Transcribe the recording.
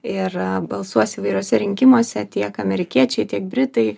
ir balsuos įvairiuose rinkimuose tiek amerikiečiai tiek britai